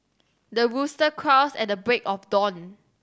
the rooster crows at the break of dawn